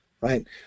right